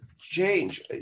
change